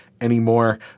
anymore